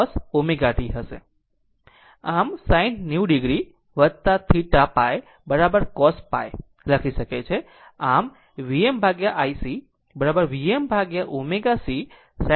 આમ આ1 VmIC Vm1ω C sin ω t 90 o લખી શકો છો